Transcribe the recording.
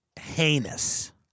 heinous